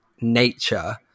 nature